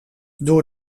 door